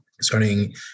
starting